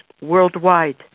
worldwide